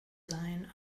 sein